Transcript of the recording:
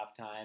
halftime